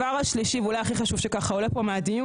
אנחנו עובדים בשיתוף פעולה עם כל הגורמים - המשטרה,